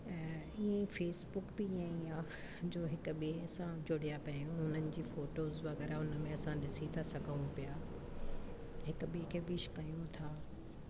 ऐं ईअं ई फेसबुक बि इअं ई आहे जो हिकु ॿिए सां जुड़िया पिया आहियूं उन्हनि जी फोटोज़ वग़ैरह उनमें असां ॾिसी था सघूं पिया हिकु ॿिए खे विश कयूं था